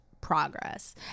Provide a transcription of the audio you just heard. progress